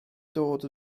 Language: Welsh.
dod